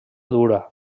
dura